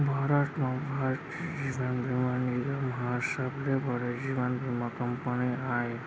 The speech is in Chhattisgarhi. भारत म भारतीय जीवन बीमा निगम हर सबले बड़े जीवन बीमा कंपनी आय